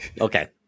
Okay